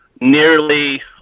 nearly